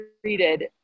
treated